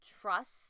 trust